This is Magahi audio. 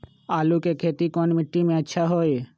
आलु के खेती कौन मिट्टी में अच्छा होइ?